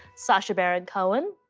sacha baron cohen,